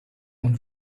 und